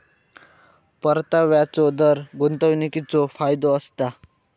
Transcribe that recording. परताव्याचो दर गुंतवणीकीचो फायदो असता